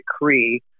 Decree